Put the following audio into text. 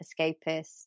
escapist